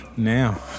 now